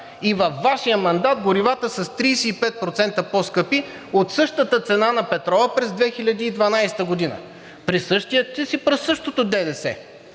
и във Вашия мандат горивата са с 35% по-скъпи от същата цена на петрола през 2012 г., при същия акциз и при същото ДДС.